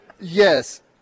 Yes